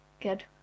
good